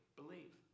believe